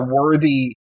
worthy